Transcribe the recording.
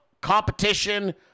Competition